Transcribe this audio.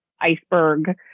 iceberg